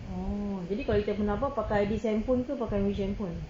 oh jadi kalau kita nak buat pakai this handphone ke pakai which handphone